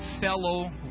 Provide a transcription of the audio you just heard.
fellow